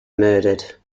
murdered